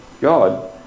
God